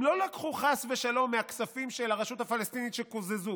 הם לא לקחו חס ושלום מהכספים של הרשות הפלסטינית שקוזזו,